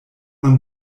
man